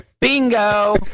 Bingo